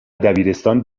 دبیرستان